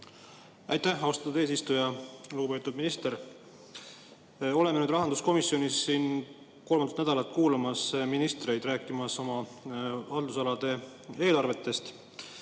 Aitäh, austatud eesistuja! Lugupeetud minister! Oleme nüüd rahanduskomisjonis kolmandat nädalat kuulamas ministreid rääkimas oma haldusalade eelarvetest.